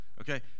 Okay